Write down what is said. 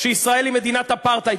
שישראל היא מדינת אפרטהייד,